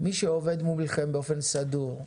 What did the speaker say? מי שעובד מולכם באופן סדור,